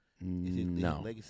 No